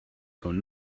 phone